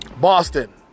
Boston